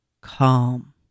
calm